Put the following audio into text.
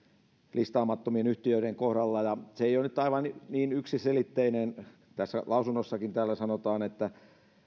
listaamattomien yhtiöiden kohdalla ja se ei ole nyt aivan niin niin yksiselitteinen tässä lausunnossakin sanotaan että